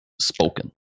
spoken